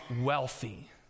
wealthy